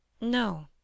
No